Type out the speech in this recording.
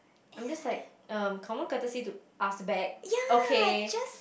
I'm just like um common courtesy to ask back okay